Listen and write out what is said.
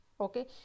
Okay